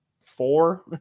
four